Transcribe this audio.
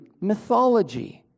mythology